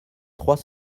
trois